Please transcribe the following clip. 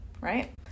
right